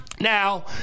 Now